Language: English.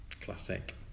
Classic